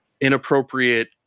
inappropriate